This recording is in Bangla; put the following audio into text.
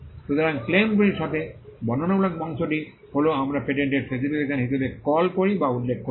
সুতরাং ক্লেম গুলির সাথে বর্ণনামূলক অংশটি হল আমরা পেটেন্টের স্পেসিফিকেশন হিসাবে কল করি বা উল্লেখ করি